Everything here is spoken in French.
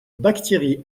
bactéries